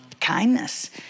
kindness